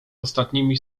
ostatnimi